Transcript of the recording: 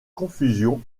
confusion